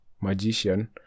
Magician